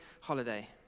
holiday